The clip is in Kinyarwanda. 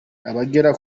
abagera